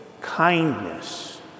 kindness